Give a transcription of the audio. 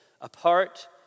apart